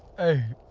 a